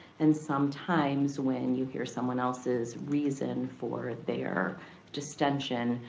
and sometimes when you hear someone else's reason for their distention,